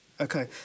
Okay